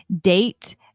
date